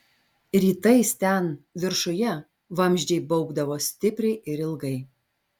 rytais ten viršuje vamzdžiai baubdavo stipriai ir ilgai